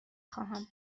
خواهم